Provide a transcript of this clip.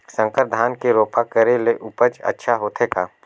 संकर धान के रोपा करे ले उपज अच्छा होथे का?